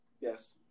Yes